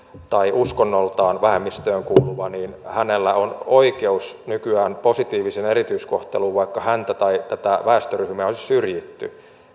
tai uskonnoltaan vähemmistöön kuuluva niin hänellä on oikeus nykyään positiiviseen erityiskohteluun vaikka häntä tai tätä väestöryhmää ei olisi syrjitty